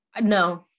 no